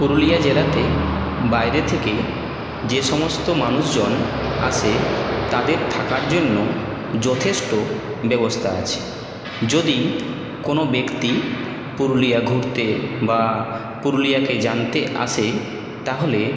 পুরুলিয়া জেলাতে বাইরে থেকে যে সমস্ত মানুষজন আসে তাদের থাকার জন্য যথেষ্ট ব্যবস্থা আছে যদি কোনও ব্যক্তি পুরুলিয়া ঘুরতে বা পুরুলিয়াকে জানতে আসে তাহলে